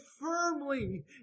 firmly